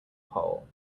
pole